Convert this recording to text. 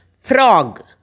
frog